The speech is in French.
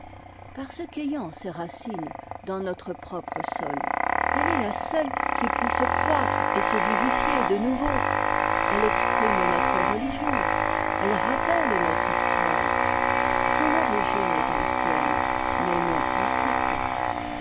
parce qu'ayant ses racines dans notre propre sol elle est la seule qui puisse croître et se vivifier de nouveau elle exprime notre religion elle rappelle notre histoire son origine est ancienne mais non antique